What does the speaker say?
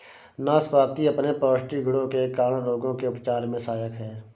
नाशपाती अपने पौष्टिक गुणों के कारण रोगों के उपचार में सहायक है